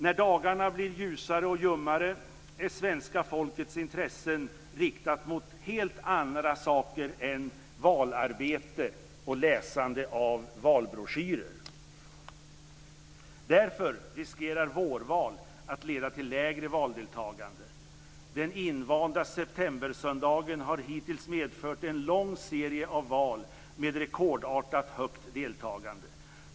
När dagarna blir ljusare och ljummare är svenska folkets intressen riktade mot andra saker än valarbete och läsande av valbroschyrer. Därför riskerar vårval leda till lägre valdeltagande. Den invanda septembersöndagen har hittills medfört en lång serie val med rekordartat högt deltagande.